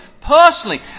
personally